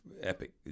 epic